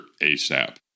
asap